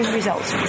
results